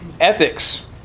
ethics